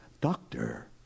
doctor